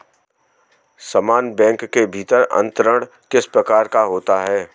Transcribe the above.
समान बैंक के भीतर अंतरण किस प्रकार का होता है?